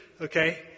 Okay